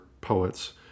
poets